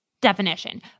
Definition